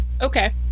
okay